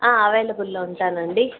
అవైలబుల్లో ఉంటానండి